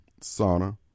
sauna